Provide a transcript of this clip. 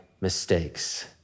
mistakes